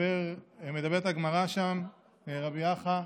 מדברת הגמרא שם על רבי אחא,